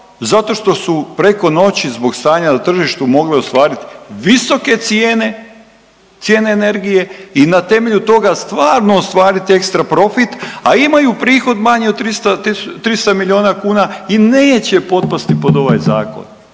Zato što su preko noći zbog stanja na tržištu mogle ostvarit visoke cijene, cijene energije i na temelju toga stvarno ostvarit ekstra profit, a imaju prihod manji od 300 milijuna kuna i neće potpasti pod ovaj zakon